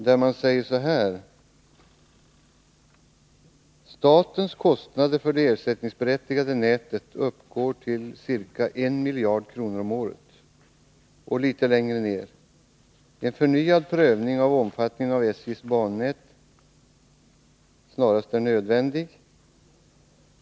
Där sägs: ”Statens kostnader för det ersättningsberättigade nätet uppgår till ca 1 miljard kronor om året. —-—- En förnyad prövning av omfattningen av SJ:s bannät snarast är nödvändig.